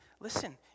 listen